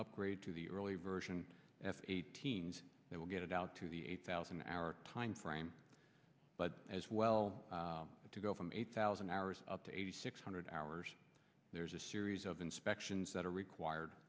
upgrade to the early version f eighteen they will get it out to the eight thousand hour time frame but as well to go from eight thousand hours up to eighty six hundred hours there's a series of inspections that are required